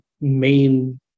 main